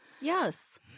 Yes